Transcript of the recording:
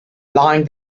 lying